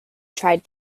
tried